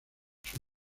sus